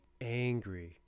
angry